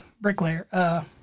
bricklayer